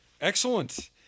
Excellent